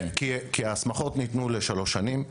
ההסמכות ניתנו לשלוש שנים,